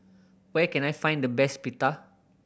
where can I find the best Pita